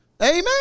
Amen